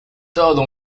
todo